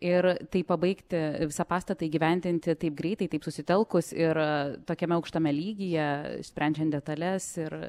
ir taip pabaigti visą pastatą įgyvendinti taip greitai taip susitelkus ir tokiame aukštame lygyje sprendžiant detales ir